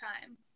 time